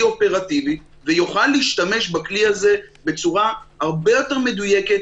אופרטיבי ויוכל להשתמש בכלי הזה בצורה הרבה יותר מדויקת,